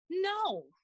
No